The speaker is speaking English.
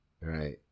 right